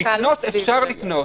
אפשר לקנות.